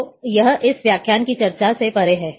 तो यह इस व्याख्यान की चर्चा से परे है